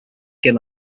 can